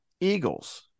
Eagles